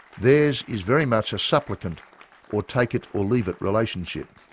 theirs is very much a supplicant or take it or leave it relationship.